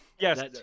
Yes